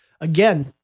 Again